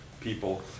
people